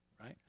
right